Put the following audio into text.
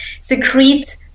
secrete